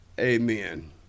Amen